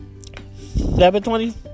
720